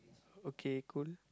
okay cool